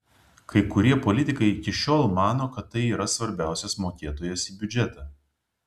kai kurie politikai iki šiol mano kad tai yra svarbiausias mokėtojas į biudžetą